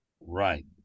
Right